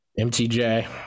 MTJ